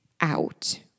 out